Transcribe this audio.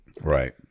Right